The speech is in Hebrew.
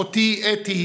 אחותי אתי,